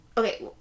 Okay